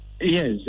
Yes